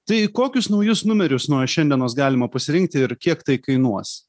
tai kokius naujus numerius nuo šiandienos galima pasirinkti ir kiek tai kainuos